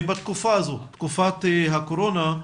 בתקופה הזו, תקופת הקורונה,